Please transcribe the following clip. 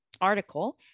article